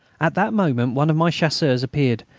at that moment one of my chasseurs appeared,